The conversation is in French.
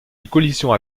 collisions